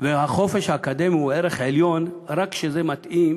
והחופש האקדמי הם ערך עליון רק כשזה מתאים